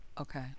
okay